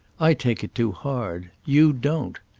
i take it too hard. you don't.